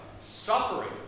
suffering